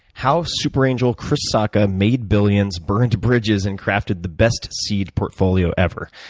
how super angel chris sacca made billions, burned bridges, and created the best seed portfolio ever.